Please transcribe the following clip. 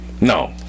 No